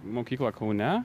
mokyklą kaune